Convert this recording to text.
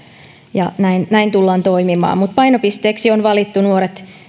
ja näin tullaan toimimaan painopisteeksi on valittu nuoret